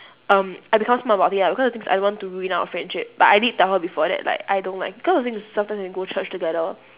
um I become smart about it lah because the thing is I don't want to ruin our friendship but I did tell her before that like I don't like because the thing is sometimes when we go church together